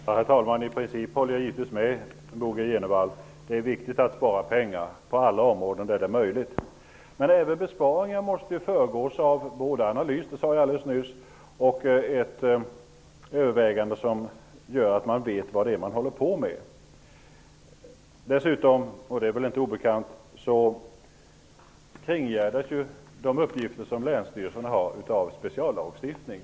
Herr talman! I princip håller jag givetvis med Bo G Jenevall; det är viktigt att spara pengar på alla områden där det är möjligt. Men även besparingar måste föregås -- som jag nyss sade -- av analys och ett övervägande som gör att man vet vad man håller på med. Dessutom -- och det är väl inte obekant -- så kringgärdas de uppgifter länsstyrelsen har av speciallagstiftning.